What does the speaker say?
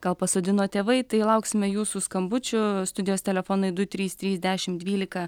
gal pasodino tėvai tai lauksime jūsų skambučių studijos telefonai du trys trys dešim dvylika